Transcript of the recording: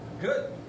Good